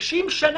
במשך 60 שנה?